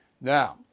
Now